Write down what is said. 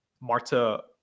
Marta